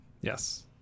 Yes